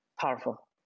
powerful